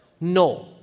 No